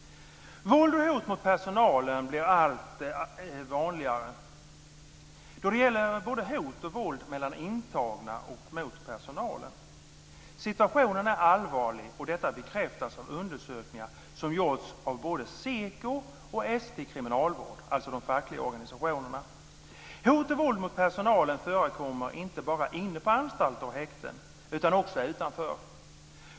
Våld och hot blir allt vanligare. Det gäller både hot och våld mellan intagna och mot personalen. Situationen är allvarlig, och detta bekräftas av undersökningar som gjorts av både SEKO och ST Kriminalvård, dvs. de fackliga organisationerna. Hot och våld mot personalen förekommer inte bara inne på anstalter och häkten utan också utanför.